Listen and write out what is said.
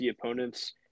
opponents